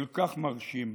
כל כך מרשים.